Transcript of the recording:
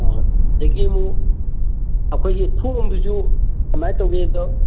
ꯑꯥ ꯑꯗꯒꯤ ꯑꯃꯨꯛ ꯑꯩꯈꯣꯏꯒꯤ ꯊꯣꯡꯗꯨꯁꯨ ꯀꯃꯥꯏꯅ ꯇꯧꯒꯦꯗ